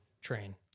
train